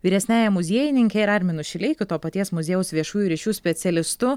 vyresniaja muziejininke ir arminu šileikiu to paties muziejaus viešųjų ryšių specialistu